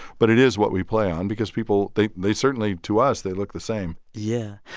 but it is what we play on because people they they certainly to us, they look the same yeah.